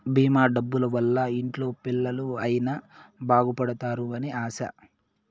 భీమా డబ్బుల వల్ల ఇంట్లో పిల్లలు అయిన బాగుపడుతారు అని ఆశ